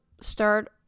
start